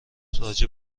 راجع